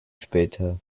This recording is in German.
später